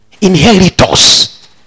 inheritors